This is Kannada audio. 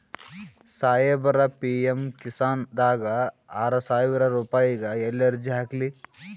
ಸಾಹೇಬರ, ಪಿ.ಎಮ್ ಕಿಸಾನ್ ದಾಗ ಆರಸಾವಿರ ರುಪಾಯಿಗ ಎಲ್ಲಿ ಅರ್ಜಿ ಹಾಕ್ಲಿ?